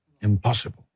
Impossible